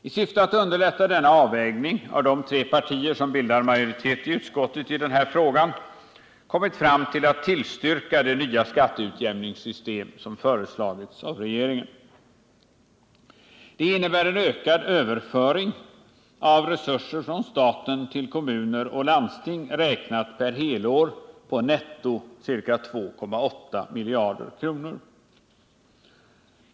I syfte att underlätta denna avvägning har de tre partier som bildar majoritet i utskottet i den här frågan enats om att tillstyrka det nya skatteutjämningssystem som föreslagits av regeringen. Detta innebär en ökad överföring av resurser från staten till kommuner och landsting, räknat per helår på netto ca 2,8 miljarder kronor.